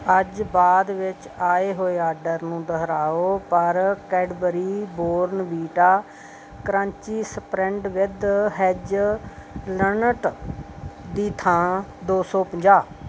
ਅੱਜ ਬਾਅਦ ਵਿੱਚ ਆਏ ਹੋਏ ਆਰਡਰ ਨੂੰ ਦੁਹਰਾਓ ਪਰ Cadbury Bournvita crunchy spread with hazelnut ਦੀ ਥਾਂ ਦੋ ਸੌ ਪੰਜਾਹ